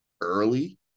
early